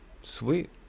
Sweet